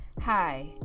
hi